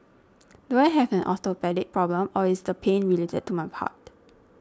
do I have an orthopaedic problem or is the pain related to my heart